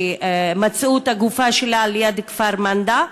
שמצאו את הגופה שלה ליד כפר-מנדא,